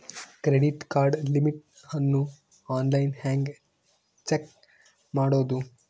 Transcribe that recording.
Credit card limit ಅನ್ನು online ಹೆಂಗ್ check ಮಾಡೋದು?